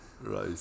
right